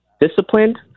disciplined